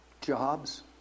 jobs